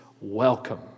welcome